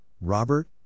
Robert